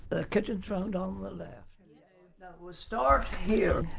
the kitchen's round on the left now we'll start here.